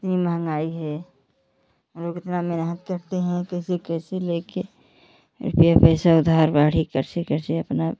कितनी महंगाई है हम लोग इतना मेहनत करते हैं कैसे कैसे ले कर रुपये पैसा उधार बाढ़ी करते करते अपना